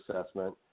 assessment